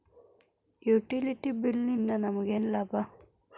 Utility bill ನಿಂದ್ ನಮಗೇನ ಲಾಭಾ?